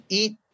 eat